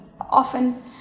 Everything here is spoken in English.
often